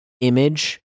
image